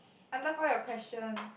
I love all your questions